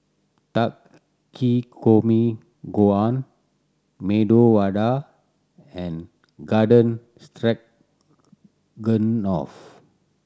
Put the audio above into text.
Takikomi Gohan Medu Vada and Garden Stroganoff